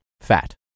fat